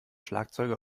schlagzeuger